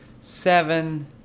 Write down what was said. seven